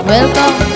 Welcome